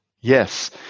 Yes